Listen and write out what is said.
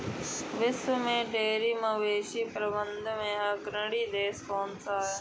विश्व में डेयरी मवेशी प्रबंधन में अग्रणी देश कौन सा है?